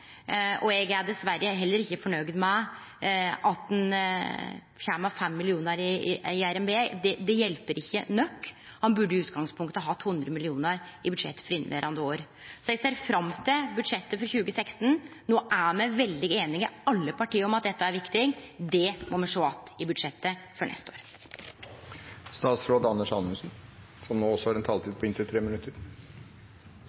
og eg er dessverre heller ikkje fornøgd med at ein kjem med 5 mill. kr i revidert nasjonalbudsjett. Det hjelper ikkje nok. Ein burde i utgangspunktet hatt 100 mill. kr i budsjettet for inneverande år. Så eg ser fram til budsjettet for 2016. No er me, alle partia, veldig einige om at dette er viktig. Det må me sjå att i budsjettet for neste